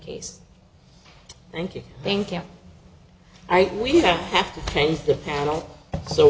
case thank you thank you we don't have to change the channel so